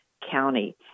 county